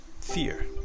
fear